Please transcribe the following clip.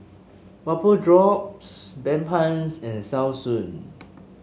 Vapodrops Bedpans and Selsun